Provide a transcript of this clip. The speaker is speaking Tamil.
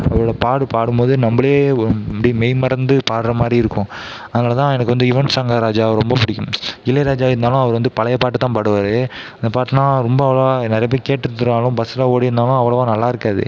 அவரோட பாடல் பாடும்போது நம்மளையே அப்படியே மெய் மறந்து பாடுகிற மாதிரி இருக்கும் அதனால் தான் எனக்கு வந்து யுவன் சங்கர் ராஜாவை ரொம்ப பிடிக்கும் இளையராஜா இருந்தாலும் அவர் வந்து பழைய பாட்டு தான் பாடுவார் அந்த பாட்டுலாம் ரொம்ப அவ்வளோவா நிறைய பேர் கேட்டுட்டுருந்தாலும் பஸ்ஸில் ஓடியிருந்தாலும் அவ்வளோவா நல்லாயிருக்காது